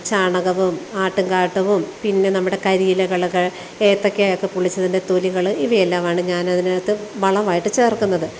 ചാണകവും ആട്ടിൻകാട്ടവും പിന്നെ നമ്മുടെ കരിയിലകൾ ഏത്തക്കയൊക്കെ പൊളിച്ചതിന്റെ തൊലികൾ ഇവയെല്ലാമാണ് ഞാനതിനകത്ത് വളമായിട്ട് ചേര്ക്കുന്നത്